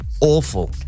awful